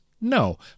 No